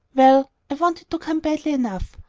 well, i've wanted to come badly enough,